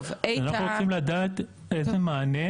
אנחנו רוצים לדעת איזה מענה,